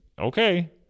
okay